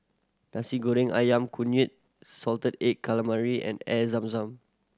Nasi Goreng Ayam Kunyit salted egg calamari and Air Zam Zam